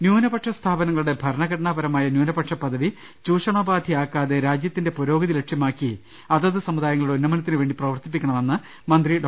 ന്യൂനപക്ഷ സ്ഥാപനങ്ങളുടെ ഭരണഘടനാപരമായ ന്യൂനപക്ഷ പദവി ചൂഷണോപാധി ആക്കാതെ രാജ്യത്തിന്റെ പുരോഗതി ലക്ഷ്യമാക്കി അതത് സമുദായങ്ങളുടെ ഉന്നമനത്തിന് വേണ്ടി പ്രവർത്തിക്കണമെന്ന് മന്ത്രി ഡോ